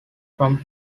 from